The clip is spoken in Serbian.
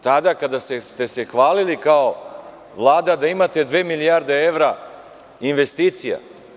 Tada kada ste se hvalili kao Vlada da imate dve milijarde evra investicija.